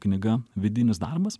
knyga vidinis darbas